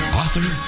author